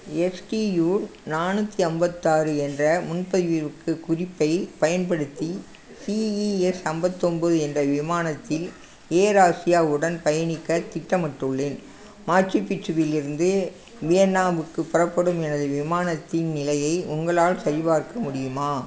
STU நானூற்றி ஐம்பத்தாறு என்ற முன்பதிவுக்கு குறிப்பைப் பயன்படுத்தி சிஇஎஸ் ஐம்பத்தொம்போது என்ற விமானத்தில் ஏர் ஆசியா உடன் பயணிக்க திட்டமிட்டுள்ளேன் மாச்சு பிச்சுவிலிருந்து வியன்னாவுக்கு புறப்படும் எனது விமானத்தின் நிலையை உங்களால் சரிபார்க்க முடியுமா